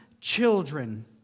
children